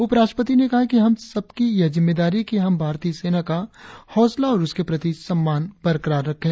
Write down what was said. उप राष्ट्रपति ने कहा है कि हम सब की यह जिम्मेदारी है कि हम भारतीय सेना का हौसला और उसके प्रति सम्मान बरकरार रखें